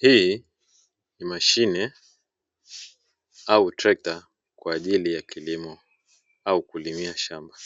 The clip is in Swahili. Hii ni mashine au trekta kwa ajili ya kilimo au kulimia shamba.